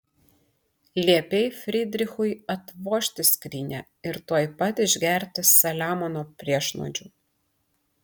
liepei frydrichui atvožti skrynią ir tuoj pat išgerti saliamono priešnuodžių